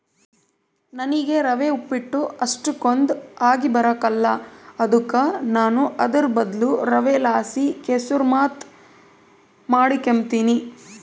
ನನಿಗೆ ರವೆ ಉಪ್ಪಿಟ್ಟು ಅಷ್ಟಕೊಂದ್ ಆಗಿಬರಕಲ್ಲ ಅದುಕ ನಾನು ಅದುರ್ ಬದ್ಲು ರವೆಲಾಸಿ ಕೆಸುರ್ಮಾತ್ ಮಾಡಿಕೆಂಬ್ತೀನಿ